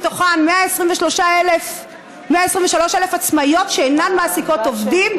מתוכן 123,000 עצמאיות שאינן מעסיקות עובדים,